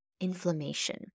inflammation